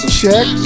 check